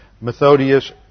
Methodius